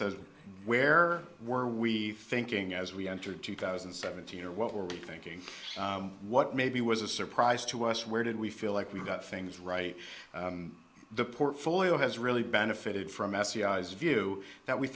says where were we thinking as we enter two thousand and seventeen or what we're thinking what maybe was a surprise to us where did we feel like we've got things right the portfolio has really benefited from sci's view that we